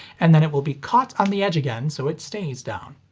and then it will be caught on the edge again so it stays down.